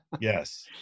yes